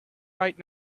right